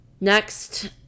Next